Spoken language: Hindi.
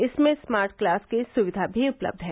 इसमें स्मार्ट क्लास की सुविधा भी उपलब्ध है